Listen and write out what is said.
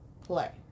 play